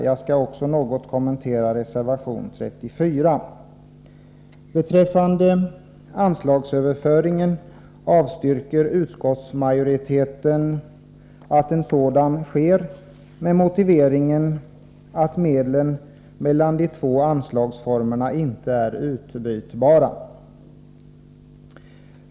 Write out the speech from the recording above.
Jag skall också något kommentera reservation 34. Utskottsmajoriteten avstyrker att en överföring sker med motiveringen att medlen inte är utbytbara mellan de två anslagsformerna.